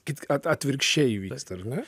kitk at atvirkščiai vyksta ar ne